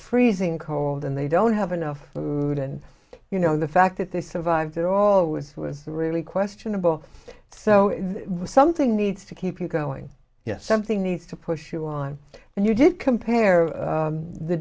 freezing cold and they don't have enough food and you know the fact that they survived at all was was really questionable so something needs to keep you going yes something needs to push you on and you did compare